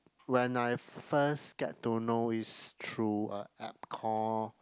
when I first get to know is through a app call